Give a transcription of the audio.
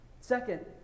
Second